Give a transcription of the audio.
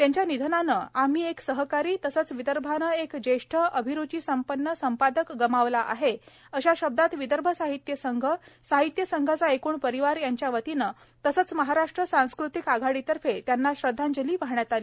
त्यांच्या निधनाने आम्ही एक सहकारी तसेच विदर्भाने एक ज्येष्ठ अभिरूचीसंपन्न संपादक गमावला आहे अशा शब्दांत विदर्भ साहित्य संघ साहित्य संघाचा एकूण परिवार यांच्या वतीने तसेच महाराष्ट्र सांस्कृतिक आघाडीतर्फे त्यांना श्रद्धांजली वाहण्यात आली